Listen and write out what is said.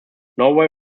norway